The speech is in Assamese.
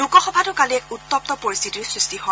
লোকসভাতো কালি এক উত্তপ্ত পৰিস্থিতিৰ সৃষ্টি হয়